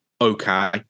Okay